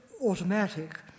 automatic